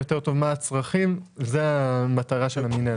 זאת המטרה של המינהלת.